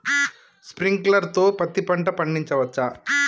Sprinkler తో పత్తి పంట పండించవచ్చా?